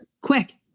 quick